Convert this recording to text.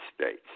States